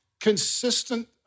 consistent